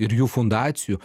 ir jų fundacijų